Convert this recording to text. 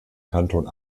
kanton